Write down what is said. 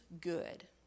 good